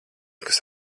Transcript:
kas